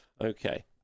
Okay